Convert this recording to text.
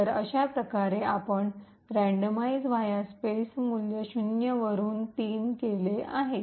तर अशा प्रकारे आपण यादृच्छिक वा स्पेसचे randomize va space मूल्य 0 वरून 3 केले आहे